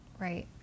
right